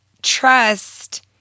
trust